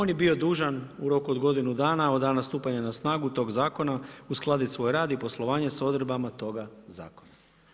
On je bio dužan u roku od godinu dana od dana stupanja na snagu tog zakona uskladit svoj rad i poslovanje sa odredbama toga zakona.